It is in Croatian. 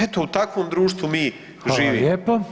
Eto u takvom društvu mi živimo.